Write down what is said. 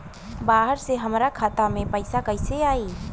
बाहर से हमरा खाता में पैसा कैसे आई?